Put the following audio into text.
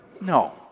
No